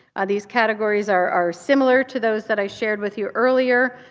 these categories are similar to those that i shared with you earlier,